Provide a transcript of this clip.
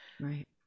Right